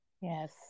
Yes